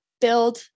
build